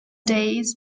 days